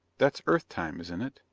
that's earth time, isn't it?